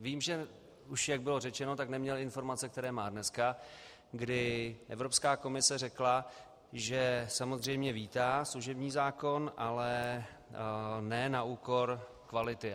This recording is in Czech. Vím, že už, jak bylo řečeno, neměl informace, které má dneska, kdy Evropská komise řekla, že samozřejmě vítá služební zákon, ale ne na úkor kvality.